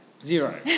Zero